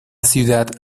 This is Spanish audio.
ciudad